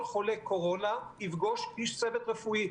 כל חולה קורונה יפגוש איש צוות רפואי,